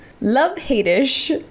love-hate-ish